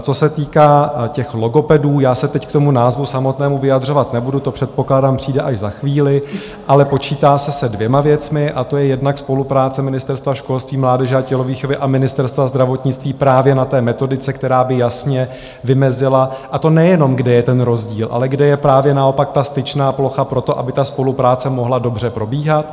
Co se týká logopedů, já se teď k tomu názvu samotnému vyjadřovat nebudu, to předpokládám přijde až za chvíli, ale počítá se se dvěma věcmi, a to je jednak spolupráce Ministerstva školství, mládeže a tělovýchovy a Ministerstva zdravotnictví právě na metodice, která by jasně vymezila, a to nejenom kde je ten rozdíl, ale kde je právě naopak styčná plocha pro to, aby spolupráce mohla dobře probíhat.